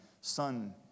Son